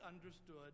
understood